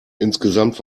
insgesamt